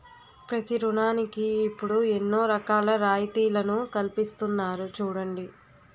ప్రతి ఋణానికి ఇప్పుడు ఎన్నో రకాల రాయితీలను కల్పిస్తున్నారు చూడండి